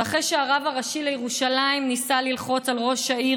ואחרי שהרב הראשי לירושלים ניסה ללחוץ על ראש העיר